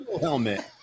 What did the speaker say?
helmet